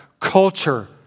culture